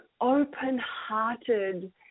open-hearted